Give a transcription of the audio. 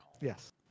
Yes